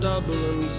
Dublin